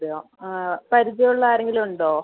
അതെയോ പരിചയം ഉള്ള ആരെങ്കിലും ഉണ്ടോ